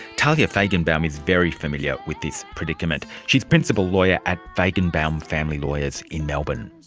talya faigenbaum is very familiar with this predicament. she's principal lawyer at faigenbaum family lawyers in melbourne.